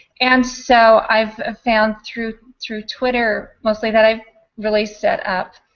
and so i've found through through twitter mostly that i've really set up